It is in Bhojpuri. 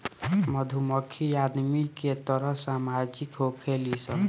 मधुमक्खी आदमी के तरह सामाजिक होखेली सन